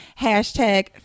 hashtag